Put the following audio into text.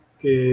que